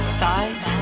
thighs